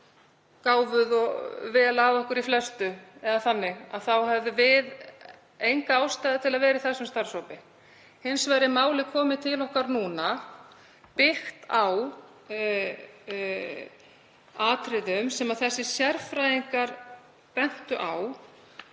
og eflaust gáfuð og vel að okkur í flestu, eða þannig, þá höfðum við enga ástæðu til að vera í þessum starfshópi. Hins vegar er málið komið til okkar núna byggt á atriðum sem þessir sérfræðingar bentu á.